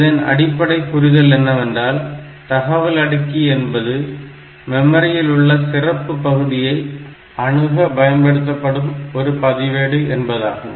இதன் அடிப்படைப் புரிதல் என்னவென்றால் தகவல் அடுக்கி என்பது மெமரியில் உள்ள ஒரு சிறப்பு பகுதியை அணுக பயன்படுத்தப்படும் ஒரு பதிவேடு என்பதாகும்